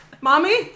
mommy